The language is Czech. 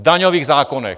V daňových zákonech!